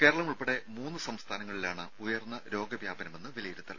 കേരളം ഉൾപ്പെടെ മൂന്ന് സംസ്ഥാനങ്ങളിലാണ് ഉയർന്ന രോഗ വ്യാപനമെന്ന് വിലയിരുത്തൽ